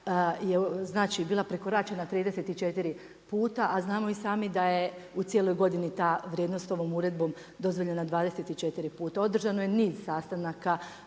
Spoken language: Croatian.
bila prekoračena 34 puta a znamo i sami da je u cijeloj godini ta vrijednost ovom uredbom dozvoljena 24 puta. Održano je niz sastanaka,